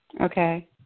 Okay